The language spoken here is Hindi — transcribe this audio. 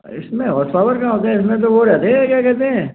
अरे इसमें होर्स पाॅवर कहाँ होता है इसमें तो वो रहते हैं क्या कहते हैं